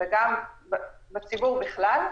וגם בציבור בכלל,